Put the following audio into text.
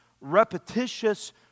repetitious